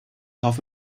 off